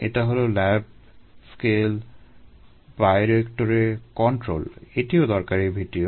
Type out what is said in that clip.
এটা হলো lab scale বায়োরিয়েক্টরে কন্ট্রোল - এটিও একটি দরকারি ভিডিও